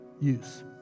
use